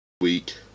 week